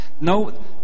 No